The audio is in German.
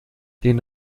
den